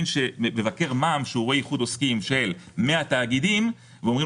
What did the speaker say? מבקר מע"מ שרואה איחוד עוסקים של מאה תאגידים ואומרים